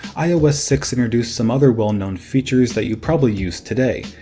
ios six introduced some other well known features that you probably use today,